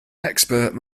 expert